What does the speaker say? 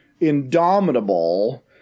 indomitable